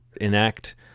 enact